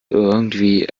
irgendwie